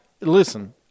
listen